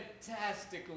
fantastically